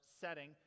setting